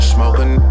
Smoking